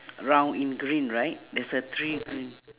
round in green right there's a three